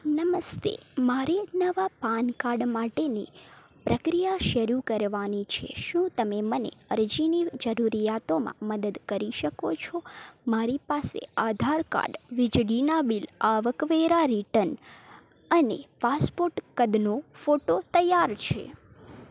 નમસ્તે મારે નવા પાન કાર્ડ માટેની પ્રક્રિયા શરૂ કરવાની છે શું તમે મને અરજીની જરૂરિયાતોમાં મદદ કરી શકો છો મારી પાસે આધાર કાર્ડ વીજળીનાં બિલ આવકવેરા રિટર્ન અને પાસપોર્ટ કદનો ફોટો તૈયાર છે